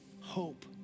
hope